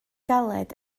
galed